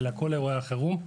אלא כל אירועי החירום.